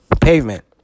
pavement